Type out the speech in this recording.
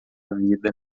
vida